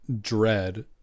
Dread